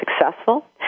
successful